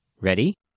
Ready